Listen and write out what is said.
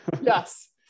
yes